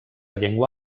llengua